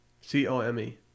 C-O-M-E